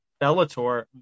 Bellator